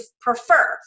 prefer